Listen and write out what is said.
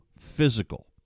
physical